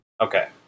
Okay